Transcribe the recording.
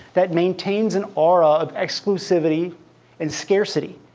that maintains an aura of exclusivity and scarcity.